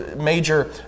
major